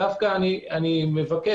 אני מבקש